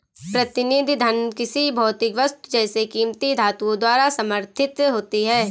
प्रतिनिधि धन किसी भौतिक वस्तु जैसे कीमती धातुओं द्वारा समर्थित होती है